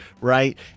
right